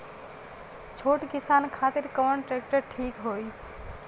छोट किसान खातिर कवन ट्रेक्टर ठीक होई?